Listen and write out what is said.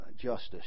justice